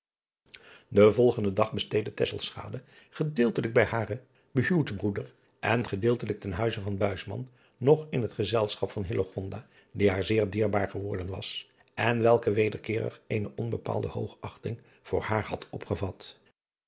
en volgenden dag besteedde gedeeltelijk bij haren behuwdbroeder en gedeeltelijk ten huize van nog in het gezelschap van die haar zeer dierbaar geworden was en welke wederkeerig eene onbepaalde hoogachting voor haar had opgevat